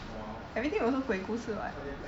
everything also 鬼故事 [what]